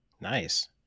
nice